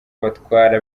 batwara